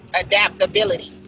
adaptability